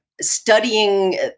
studying